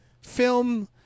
film